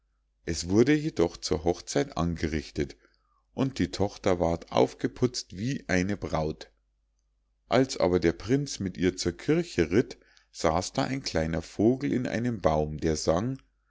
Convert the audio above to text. es wurde jedoch zur hochzeit angerichtet und die tochter ward aufgeputzt wie eine braut als aber der prinz mit ihr zur kirche ritt saß da ein kleiner vogel in einem baum der sang